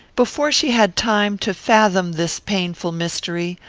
before she had time to fathom this painful mystery,